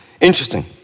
Interesting